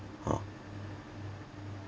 ah